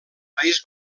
país